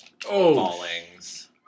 fallings